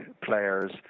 players